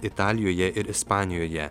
italijoje ir ispanijoje